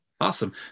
Awesome